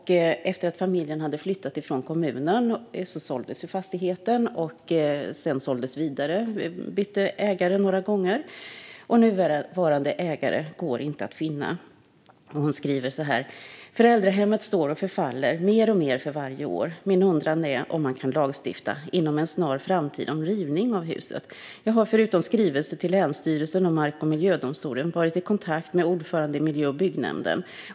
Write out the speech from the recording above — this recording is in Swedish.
Efter att familjen hade flyttat från kommunen såldes fastigheten. Den såldes sedan vidare och bytte ägare några gånger. Nuvarande ägare går inte att finna. Kvinnan skriver så här: "Föräldrahemmet står och förfaller mer och mer för varje år. Min undran är om man kan lagstifta inom en snar framtid om rivning av huset. Jag har förutom skrivelser till länsstyrelsen och mark och miljödomstolen varit i kontakt med ordföranden i miljö och byggnämnden.